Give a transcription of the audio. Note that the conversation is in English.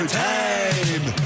time